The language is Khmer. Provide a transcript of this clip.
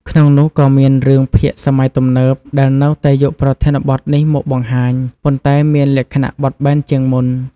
ក្នុងនោះក៏មានរឿងភាគសម័យទំនើប ដែលនៅតែយកប្រធានបទនេះមកបង្ហាញ ប៉ុន្តែមានលក្ខណៈបត់បែនជាងមុន។